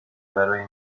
برای